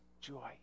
joy